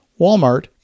Walmart